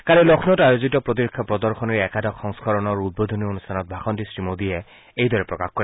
কালি লক্ষ্ণৌত আয়োজিত প্ৰতিৰক্ষা প্ৰদশনীৰ একাদশ সংস্কৰণৰ উদ্বোধনী অনুষ্ঠানত ভাষণ দি শ্ৰীমোডীয়ে এইদৰে প্ৰকাশ কৰে